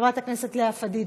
חברת הכנסת לאה פדידה,